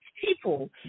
people